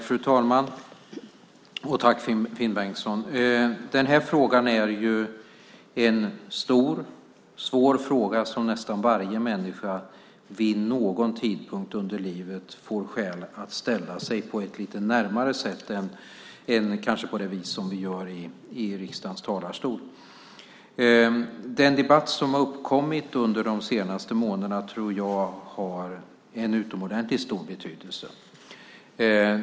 Fru talman! Det här är en stor och svår fråga som nästan varje människa vid någon tidpunkt under livet får skäl att ställa sig på ett lite närmare sätt än kanske på det vis som vi gör i riksdagens talarstol. Den debatt som har uppkommit under de senaste månaderna tror jag har en utomordentligt stor betydelse.